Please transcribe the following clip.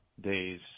days